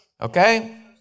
Okay